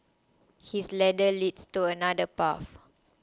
his ladder leads to another path